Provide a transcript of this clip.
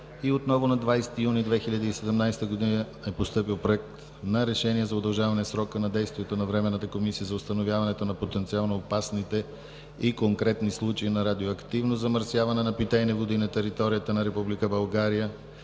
Колев. На 20 юни 2017 г. е постъпил Проект на решение за удължаване на срока на действието на временната Комисия за установяването на потенциално опасните и конкретни случаи на радиоактивно замърсяване на питейни води на територията на